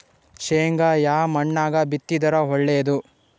ಶೇಂಗಾ ಯಾ ಮಣ್ಣಾಗ ಬಿತ್ತಿದರ ಒಳ್ಳೇದು?